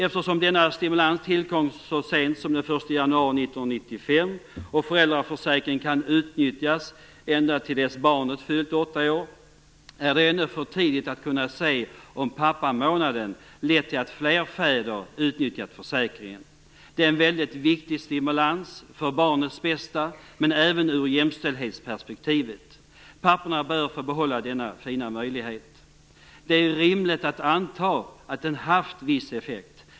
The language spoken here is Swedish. Eftersom denna stimulans tillkom så sent som den 1 januari 1995 - och föräldraförsäkringen kan utnyttjas ända till dess barnet fyllt åtta år - är det ännu för tidigt att kunna säga om pappamånaden lett till att fler fäder utnyttjat försäkringen. Det är en väldigt viktig stimulans - för barnets bästa men även ur jämställdhetssynpunkt. Papporna bör få behålla denna fina möjlighet. Det är rimligt att anta att den haft viss effekt.